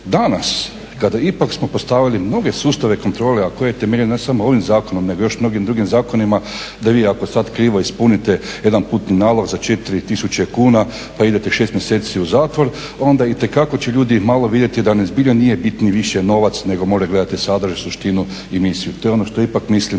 Danas kada ipak smo postavili mnoge sustave kontrole, a koji je temeljen ne samo ovim zakonom, nego još mnogim drugim zakonima da vi ako sad krivo ispunite jedan putni nalog za 4000 kuna, pa idete 6 mjeseci u zatvor, onda itekako će ljudi malo vidjeti da zbilja nije bitni više novac nego moraju gledati sadržaj, suštinu i misiju. To je ono što ipak mislim